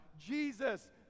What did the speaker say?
Jesus